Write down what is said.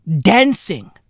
dancing